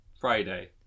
Friday